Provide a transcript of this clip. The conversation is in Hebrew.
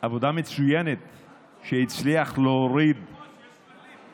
אני יכול לעבור פה על הסעיפים השונים,